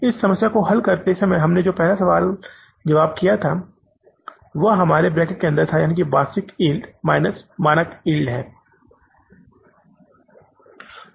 इस समस्या को हल करते समय हमने जो पहला सवाल जवाब किया था वह हमारे ब्रैकेट के अंदर था वास्तविक यील्ड माइनस मानक यील्ड है